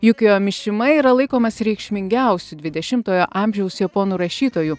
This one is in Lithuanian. jukio mišima yra laikomas reikšmingiausiu dvidešimtojo amžiaus japonų rašytoju